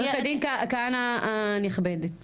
עורכת דין כהנא הנכבדת,